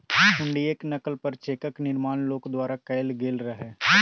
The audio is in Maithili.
हुंडीयेक नकल पर चेकक निर्माण लोक द्वारा कैल गेल रहय